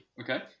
Okay